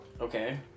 okay